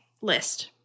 list